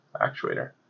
actuator